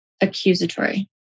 accusatory